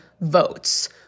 votes